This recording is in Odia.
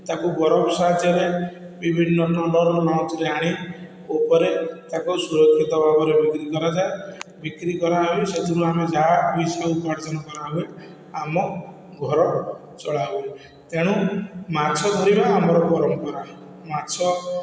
ତାକୁ ବରଫ ସାହାଯ୍ୟରେ ବିଭିନ୍ନ ଟ୍ରଲର୍ର ନଚ୍ରେ ଆଣି ଉପରେ ତାକୁ ସୁରକ୍ଷିତ ଭାବରେ ବିକ୍ରି କରାଯାଏ ବିକ୍ରି କରା ହୁଏ ସେଥିରୁ ଆମେ ଯାହା କରା ହୁଏ ଆମ ଘର ଚଳା ହୁଏ ତେଣୁ ମାଛ ଧରିବା ଆମର ପରମ୍ପରା ମାଛ